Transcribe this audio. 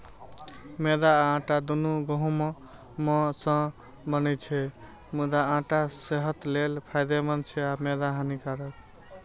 मैदा आ आटा, दुनू गहूम सं बनै छै, मुदा आटा सेहत लेल फायदेमंद छै आ मैदा हानिकारक